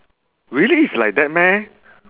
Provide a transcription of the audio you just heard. really it's like that meh